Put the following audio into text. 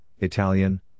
Italian